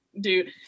dude